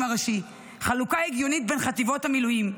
הראשי: חלוקה הגיונית בין חטיבות המילואים.